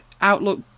outlook